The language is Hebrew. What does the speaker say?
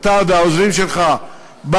אתה והעוזרים שלך,